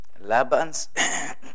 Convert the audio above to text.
Laban's